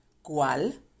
¿Cuál